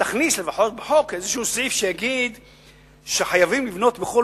לפחות תכניס בחוק איזה סעיף שיחייב לבנות בכל